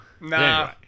nah